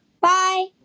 Bye